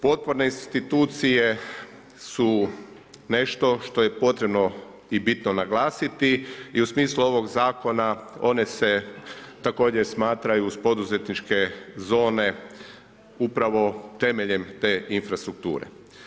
Potporne institucije su nešto što je potrebno i bitno naglasiti i u smislu ovog zakona one se također smatraju uz poduzetničke zone upravo temeljem te infrastrukture.